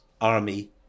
army